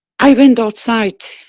i went outside